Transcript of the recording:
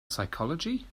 psychology